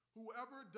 Whoever